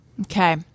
Okay